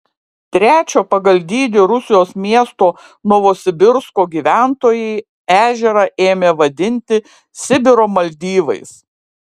trečio pagal dydį rusijos miesto novosibirsko gyventojai ežerą ėmė vadinti sibiro maldyvais